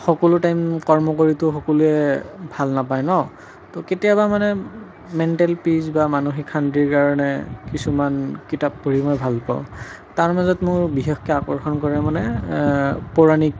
সকলো টাইম কৰ্ম কৰিতো সকলোৱে ভাল নাপায় ন' তো কেতিয়াবা মানে মেণ্টেল পিচ বা মানসিক শান্তিৰ কাৰণে কিছুমান কিতাপ পঢ়ি মই ভাল পাওঁ তাৰ মাজত মোৰ বিশেষকৈ আকৰ্ষণ কৰে মানে পৌৰাণিক